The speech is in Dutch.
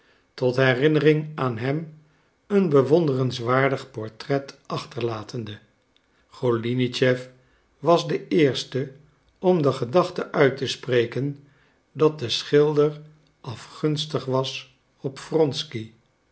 tot herinnering aan hem een bewonderenswaardig portret achterlatende golinitschef was de eerste om de gedachte uit te spreken dat de schilder afgunstig was op